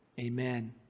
Amen